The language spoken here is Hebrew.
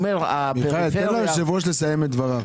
מיכאל, תן ליושב-ראש לסיים את דבריו.